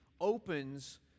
opens